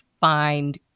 find